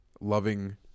loving